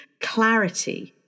clarity